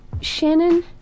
Shannon